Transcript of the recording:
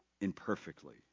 imperfectly